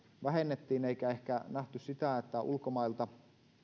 vähennettiin eikä ehkä nähty sitä että ulkomailta